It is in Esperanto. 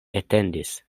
etendis